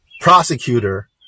prosecutor